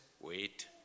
wait